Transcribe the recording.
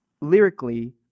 lyrically